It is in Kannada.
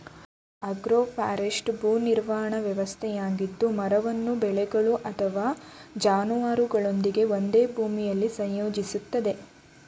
ಆಗ್ರೋಫಾರೆಸ್ಟ್ರಿ ಭೂ ನಿರ್ವಹಣಾ ವ್ಯವಸ್ಥೆಯಾಗಿದ್ದು ಮರವನ್ನು ಬೆಳೆಗಳು ಅಥವಾ ಜಾನುವಾರುಗಳೊಂದಿಗೆ ಒಂದೇ ಭೂಮಿಲಿ ಸಂಯೋಜಿಸ್ತದೆ